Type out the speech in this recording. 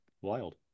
wild